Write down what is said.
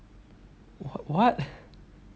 wha~ what